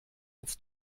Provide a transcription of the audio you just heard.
als